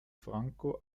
franco